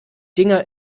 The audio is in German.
dinger